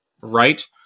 right